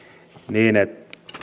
niin että